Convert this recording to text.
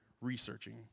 researching